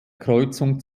kreuzung